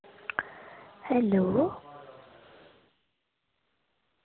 hello